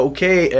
Okay